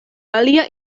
alia